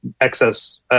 excess